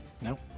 No